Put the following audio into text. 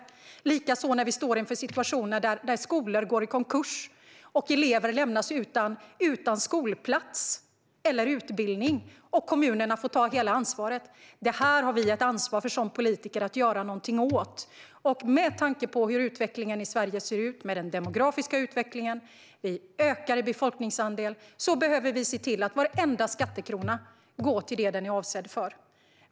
Detsamma gäller när vi står inför situationer där skolor går i konkurs och elever lämnas utan skolplats och utbildning och då kommunerna får ta hela ansvaret. Detta har vi som politiker ett ansvar för att göra någonting åt. Med tanke på hur utvecklingen i Sverige ser ut när det gäller den demografiska utvecklingen med en ökande befolkning behöver vi se till att varenda skattekrona går till det som den är avsedd för.